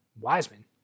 Wiseman